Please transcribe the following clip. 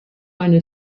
eine